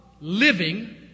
living